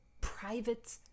private